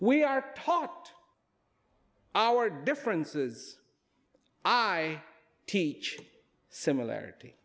we are taught our differences i teach similarity